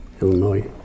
Illinois